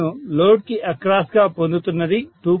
నేను లోడ్ కి అక్రాస్ గా పొందుతున్నది 2